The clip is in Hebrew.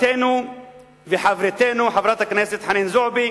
ליקירתנו וחברתנו חברת הכנסת חנין זועבי: